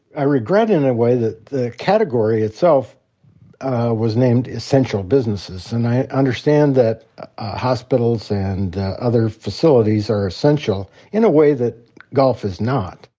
i regret in a way that the category itself was named essential businesses and i understand that hospitals and other facilities are essential in a way that golf is not,